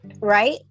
right